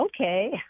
okay